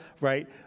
right